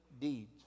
deeds